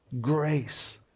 grace